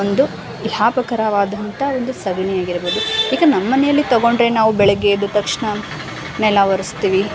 ಒಂದು ಲಾಭಕರವಾದಂಥ ಒಂದು ಸಗಣಿಯಾಗಿರ್ಬೋದು ಅದಕ್ಕೆ ನಮ್ಮನೆಯಲ್ಲಿ ತೊಗೊಂಡರೆ ನಾವು ಬೆಳಗ್ಗೆ ಎದ್ದ ತಕ್ಷಣ ನೆಲ ಒರೆಸ್ತೀವಿ